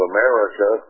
America